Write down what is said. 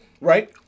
Right